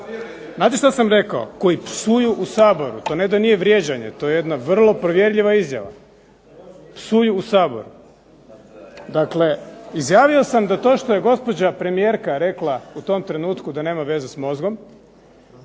znate što sam rekao koji psuju u Saboru. To ne da nije vrijeđanje, to je jedna vrlo provjerljiva izjava. Psuju u Saboru. Dakle izjavio sam da to što je gospođa premijerka rekla u tom trenutku da nema veze s mozgom,